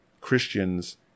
Christians